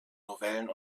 novellen